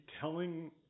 telling